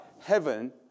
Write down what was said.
heaven